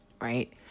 Right